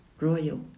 Royal